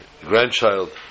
grandchild